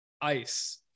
ice